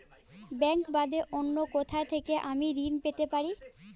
Bank বাদে অন্য কোথা থেকে আমি ঋন পেতে পারি?